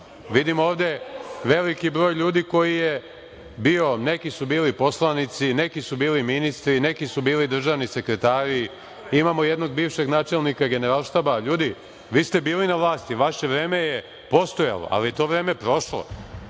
Vidim ovde veliki broj ljudi koji je bio, neki su bili poslanici, neki su bili ministri, neki su bili državni sekretari, imamo jednog bivšeg načelnika Generalštaba. LJudi, vi ste bili na vlasti, vaše vreme je postojalo. Ali, to vreme je prošlo,